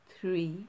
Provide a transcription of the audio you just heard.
three